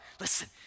Listen